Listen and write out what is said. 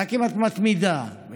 רק אם את מתמידה ומקפידה